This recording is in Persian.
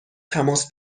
تماس